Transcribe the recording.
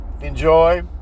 enjoy